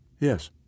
Yes